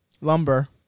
lumber